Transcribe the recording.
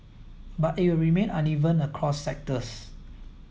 but it will remain uneven across sectors